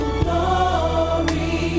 glory